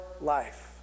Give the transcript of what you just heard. life